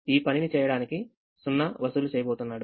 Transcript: ఈ పనిని చేయడానికి 0 వసూలు చేయబోతున్నాడు